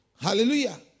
Hallelujah